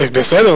בסדר,